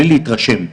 בלי להתרשם.